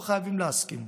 לא חייבים להסכים.